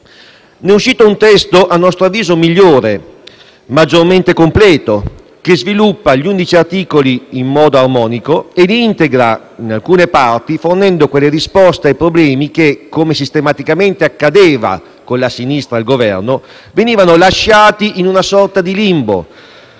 Ne è uscito un testo a nostro avviso migliore, maggiormente completo, che sviluppa i dodici articoli di cui è composto in modo armonico, integrandoli in alcune parti e fornendo quelle risposte ai problemi che, come sistematicamente accadeva con la sinistra al Governo, venivano lasciati in una sorta di limbo,